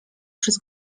przez